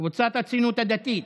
קבוצת סיעת הציונות הדתית,